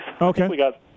Okay